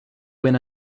win